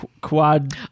quad